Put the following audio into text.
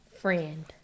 Friend